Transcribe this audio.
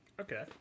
Okay